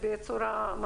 איזו היסטוריה?